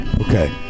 Okay